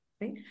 right